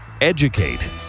Educate